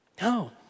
No